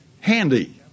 handy